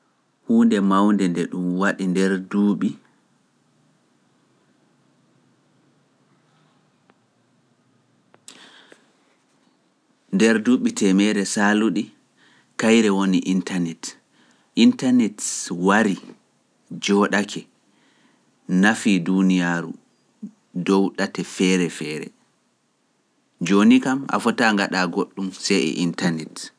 Huunde mawnde nde ɗum waɗi nder duuɓi teemeere saalunɗe kayre woni internet. Internet wari jooɗake nafii duuniyaaru dow ɗate feere feere. Jooni kam a fota ngaɗa goɗɗum sai e internet.